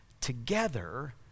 together